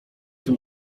tym